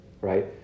right